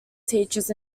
teachers